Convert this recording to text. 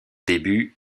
début